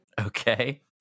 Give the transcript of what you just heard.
Okay